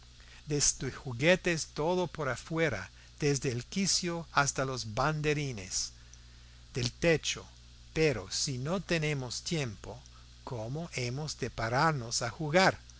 de juguetes todo por afuera desde el quicio hasta los banderines del techo pero si no tenemos tiempo cómo hemos de pararnos a jugar